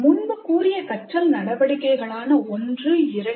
முன்பு கூறிய கற்றல் நடவடிக்கைகளான 12